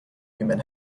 human